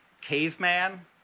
Caveman